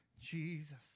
Jesus